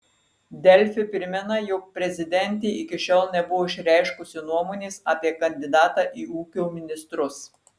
delfi primena jog prezidentė iki šiol nebuvo išreiškusi nuomonės apie kandidatą į ūkio ministrus